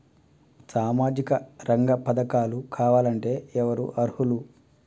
సామాజిక రంగ పథకాలు కావాలంటే ఎవరు అర్హులు?